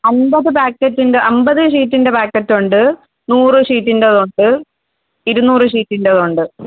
അൻപത് പാക്കറ്റിൻ്റെ അൻപത് ഷീറ്റിൻ്റെ പാക്കറ്റൊണ്ട് നൂറ് ഷീറ്റിൻ്റെതുണ്ട് ഇരുന്നൂറ് ഷീറ്റിൻ്റെതുണ്ട്